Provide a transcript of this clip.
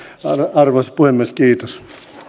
arvoisa puhemies kiitos